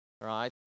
Right